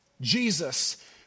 Jesus